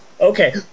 Okay